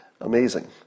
Amazing